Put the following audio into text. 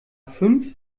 fünf